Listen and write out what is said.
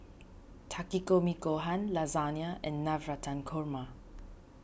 Takikomi Gohan Lasagna and Navratan Korma